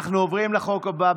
אנחנו עוברים לחוק הבא.